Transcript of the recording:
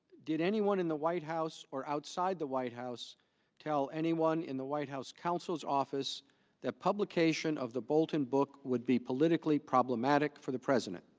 did anyone in the white house or outside the white house tell anyone in the white house counsel's office that publication of the bolton book would be politically problematic for the president?